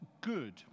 good